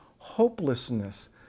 hopelessness